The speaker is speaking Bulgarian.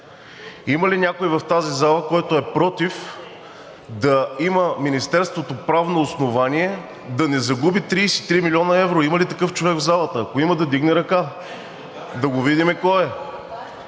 Има ли някой в тази зала, който е против да има Министерството правно основание да не загуби 33 млн. евро? Има ли такъв човек в залата? Ако има, да вдигне ръка, да го видим кой е.